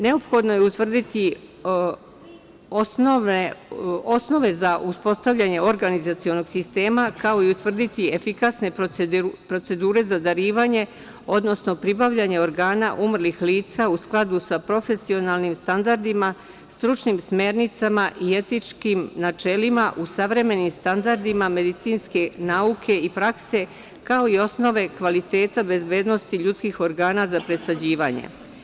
Neophodno je utvrditi osnove za uspostavljanje organizacionog sistema, kao i utvrditi efikasne procedure za darivanje, odnosno pribavljanje organa umrlih lica u skladu sa profesionalnim standardima, stručnim smernicama i etičkim načelima u savremenim standardima medicinske nauke i prakse, kao i osnove kvaliteta bezbednosti ljudskih organa za presađivanje.